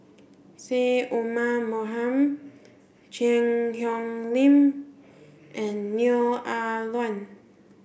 Syed Omar Mohamed Cheang Hong Lim and Neo Ah Luan